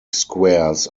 squares